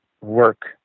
work